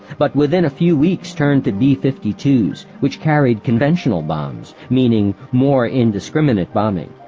but within a few weeks turned to b fifty two s, which carried conventional bombs, meaning more indiscriminate bombing.